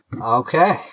Okay